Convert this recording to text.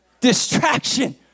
Distraction